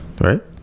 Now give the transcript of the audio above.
Right